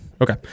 Okay